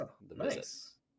nice